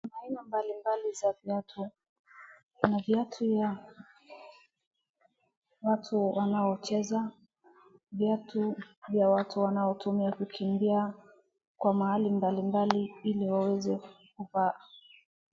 Aina mbalimbali za viatu, kuna viatu za wanaocheza, viatu ya wanaotumia kukimbia kwa mahali mbalimbali ili waweze kuvaa.